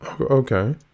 Okay